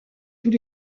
tous